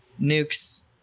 Nuke's